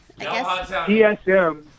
TSM